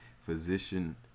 physician